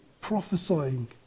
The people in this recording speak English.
prophesying